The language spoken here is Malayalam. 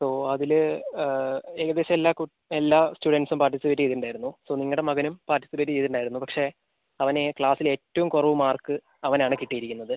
സോ അതിൽ ഏകദേശം എല്ലാ കു എല്ലാ സ്റ്റുഡന്റ്സും പാർട്ടിസിപ്പേറ്റ് ചെയ്തിട്ടുണ്ടായിരുന്നു സോ നിങ്ങളുടെ മകനും പാർട്ടിസിപ്പേറ്റ് ചെയ്തിട്ടുണ്ടായിരുന്നു പക്ഷേ അവന് ക്ലാസ്സിൽ ഏറ്റവും കുറവ് മാർക്ക് അവനാണ് കിട്ടിയിരിക്കുന്നത്